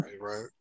right